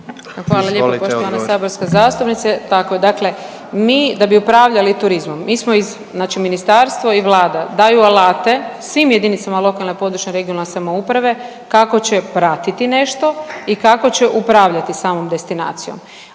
Hvala lijepo poštovana saborska zastupnice. Tako je dakle mi da bi upravljali turizmom, mi smo iz znači ministarstvo i Vlada daju alate svim jedinicama lokalne i područne (regionalne) samouprave kako će pratiti nešto i kako će upravljati samom destinacijom.